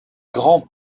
grands